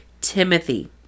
Timothy